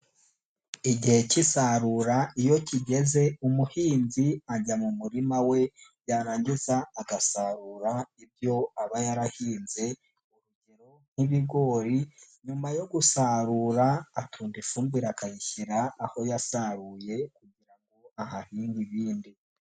Igihe k'isarura iyo kigeze umuhinzi ajya mu murima we yarangiza agasarura ibyo aba yarahinze, urugero nk'ibigori. Nyuma yo gusarura atunda ifumbire akayishyira aho yasaruye kugira ngo ahahinge ibindi.